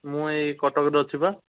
ମୁଁ ଏଇ କଟକରେ ଅଛି ବା